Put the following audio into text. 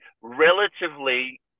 relatively